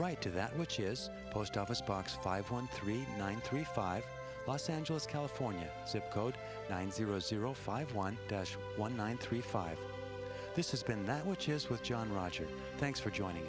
write to that which is post office box five one three one three five plus angeles california zip code nine zero zero five one one one three five this has been that which is what john rogers thanks for joining